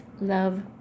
love